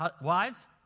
Wives